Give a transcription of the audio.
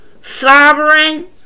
Sovereign